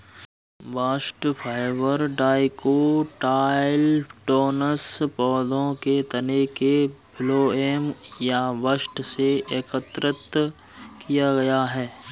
bast fibre dicotyledonous पौधों के तने के फ्लोएम या बस्ट से एकत्र किया गया है